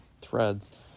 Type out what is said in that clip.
threads